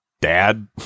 Dad